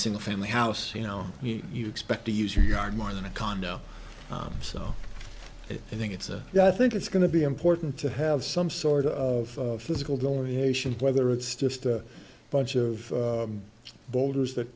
single family house you know you expect to use your yard more than a condo so i think it's a yeah i think it's going to be important to have some sort of physical delineation whether it's just a bunch of boulders that